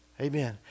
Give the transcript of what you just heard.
Amen